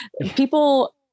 people